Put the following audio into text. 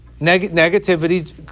Negativity